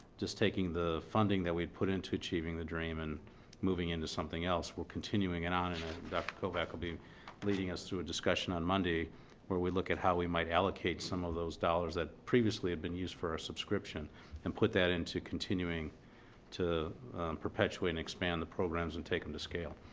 just taking the funding that we've put into achieving the dream and moving into something else, we're continuing it on and dr. kovak will be leading us through a discussion on monday where we look at how we might allocate some of those dollars that previously have been used for our subscription and put that into continuing to perpetuate and expand the programs and take them to scale.